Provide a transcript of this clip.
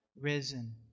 risen